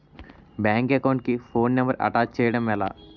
Bank account కి phone number attach చేయడం ఎలా?